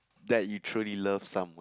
that you truly love someone